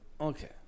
Okay